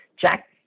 jack